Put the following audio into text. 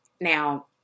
Now